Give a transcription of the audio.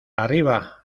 arriba